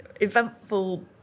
eventful